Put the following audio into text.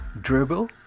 Dribble